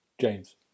James